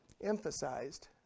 Emphasized